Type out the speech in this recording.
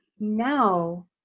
Now